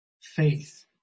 faith